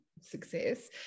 success